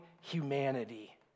humanity